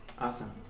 Awesome